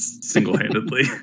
single-handedly